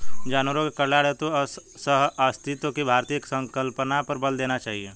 जानवरों के कल्याण हेतु सहअस्तित्व की भारतीय संकल्पना पर बल देना चाहिए